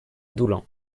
doullens